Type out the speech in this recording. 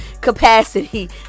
capacity